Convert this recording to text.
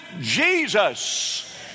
Jesus